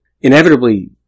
Inevitably